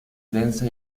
densa